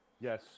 Yes